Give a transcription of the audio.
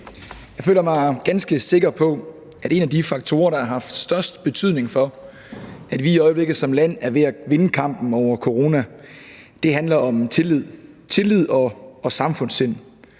Jeg føler mig ganske sikker på, at en af de faktorer, der har haft størst betydning for, at vi i øjeblikket som land er ved at vinde kampen over coronaen, handler om tillid og samfundssind.